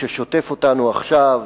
ששוטף אותנו עכשיו,